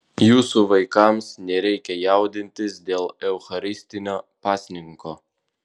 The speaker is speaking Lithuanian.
jūsų vaikams nereikia jaudintis dėl eucharistinio pasninko